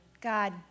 God